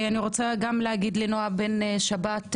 אני מודה גם לנעה בן שבת,